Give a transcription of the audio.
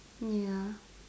ya